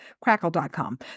Crackle.com